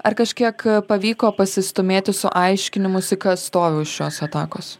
ar kažkiek pavyko pasistūmėti su aiškinimusi kas stovi už šios atakos